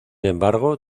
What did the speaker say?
embargo